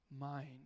mind